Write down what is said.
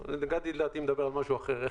גדי, לדעתי, מדבר על משהו אחר.